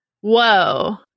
Whoa